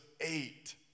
eight